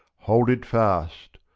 hold it fast